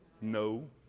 No